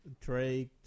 Drake